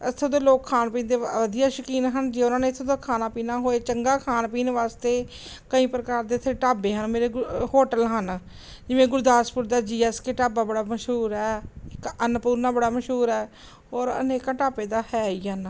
ਇੱਥੋਂ ਦੇ ਲੋਕ ਖਾਣ ਪੀਣ ਦੇ ਵਧੀਆ ਸ਼ੌਕੀਨ ਹਨ ਜੇ ਉਹਨਾਂ ਨੇ ਇੱਥੋਂ ਦਾ ਖਾਣਾ ਪੀਣਾ ਹੋਏ ਚੰਗਾ ਖਾਣ ਪੀਣ ਵਾਸਤੇ ਕਈ ਪ੍ਰਕਾਰ ਦੇ ਇੱਥੇ ਢਾਬੇ ਹਨ ਮੇਰੇ ਗੁ ਹੋਟਲ ਹਨ ਜਿਵੇਂ ਗੁਰਦਾਸਪੁਰ ਦਾ ਜੀ ਐਸ ਕੇ ਢਾਬਾ ਬੜਾ ਮਸ਼ਹੂਰ ਹੈ ਇੱਕ ਅਨਪੂਰਨਾ ਬੜਾ ਮਸ਼ਹੂਰ ਹੈ ਔਰ ਅਨੇਕਾਂ ਢਾਬੇ ਤਾਂ ਹੈ ਹੀ ਹਨ